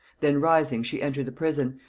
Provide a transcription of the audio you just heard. then rising, she entered the prison,